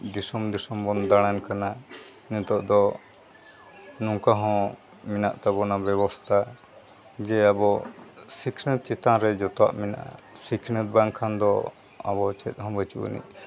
ᱫᱤᱥᱚᱢ ᱫᱤᱥᱚᱢ ᱵᱚᱱ ᱫᱟᱬᱟᱱ ᱠᱟᱱᱟ ᱱᱤᱛᱚᱜ ᱫᱚ ᱱᱚᱝᱠᱟ ᱦᱚᱸ ᱢᱮᱱᱟᱜ ᱛᱟᱵᱚᱱᱟ ᱵᱮᱵᱚᱥᱛᱷᱟ ᱡᱮ ᱟᱵᱚ ᱥᱤᱠᱷᱱᱟᱹᱛ ᱪᱮᱛᱟᱱ ᱨᱮ ᱡᱚᱛᱚᱣᱟᱜ ᱢᱮᱱᱟᱜᱼᱟ ᱥᱤᱠᱷᱱᱟᱹᱛ ᱵᱟᱝᱠᱷᱟᱱ ᱫᱚ ᱟᱵᱚ ᱪᱮᱫᱦᱚᱸ ᱵᱟᱹᱪᱩᱜ ᱟᱹᱱᱤᱡ